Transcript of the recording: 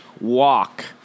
Walk